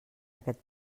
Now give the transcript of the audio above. aquest